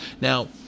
Now